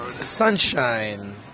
sunshine